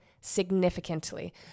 significantly